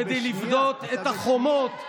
כדי לבנות את החומות.